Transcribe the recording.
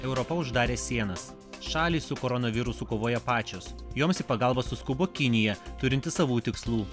europa uždarė sienas šalys su koronavirusu kovoja pačios joms į pagalbą suskubo kinija turinti savų tikslų